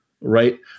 right